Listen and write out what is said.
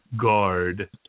guard